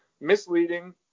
misleading